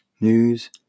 news